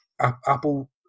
Apple